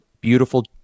beautiful